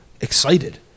excited